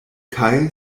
kaj